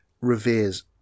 reveres